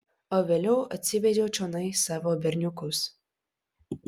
o vėliau atsivedžiau čionai savo berniukus